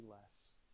less